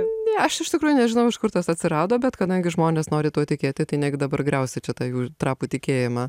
ne aš iš tikrųjų nežinau iš kur tas atsirado bet kadangi žmonės nori tuo tikėti tai negi dabar griausi čia tą jų trapų tikėjimą